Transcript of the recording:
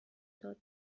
داد